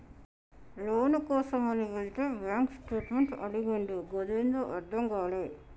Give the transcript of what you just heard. లోను కోసమని వెళితే bank statement అడిగిండు గదేందో అర్థం గాలే